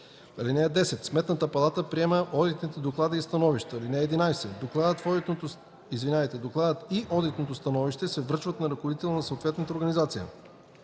(10) Сметната палата приема одитните доклади и становища. (11) Докладът и одитното становище се връчват на ръководителя на съответната организация.